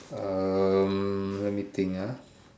um let me think ah